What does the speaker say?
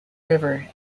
river